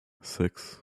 six